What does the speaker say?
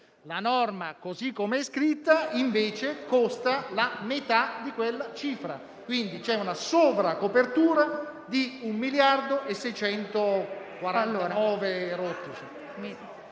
La norma, così come è scritta, invece, costa la metà di quella cifra. Quindi, c'è una sovracopertura di 1,649 e rotti